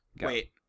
Wait